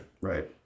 Right